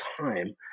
time